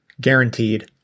guaranteed